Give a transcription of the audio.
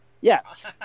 Yes